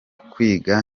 kwiga